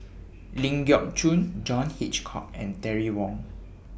Ling Geok Choon John Hitchcock and Terry Wong